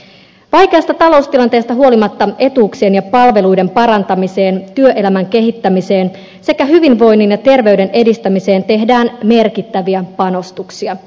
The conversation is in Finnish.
vaikeasta taloustilanteesta huolimatta etuuksien ja palveluiden parantamiseen työelämän kehittämiseen sekä hyvinvoinnin ja terveyden edistämiseen tehdään merkittäviä panostuksia